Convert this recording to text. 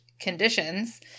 conditions